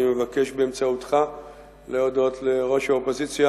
אני מבקש באמצעותך להודות לראש האופוזיציה,